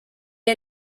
est